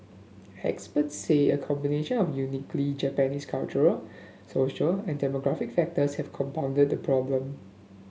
experts say a combination of uniquely Japanese cultural social and demographic factors have compounded the problem